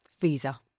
Visa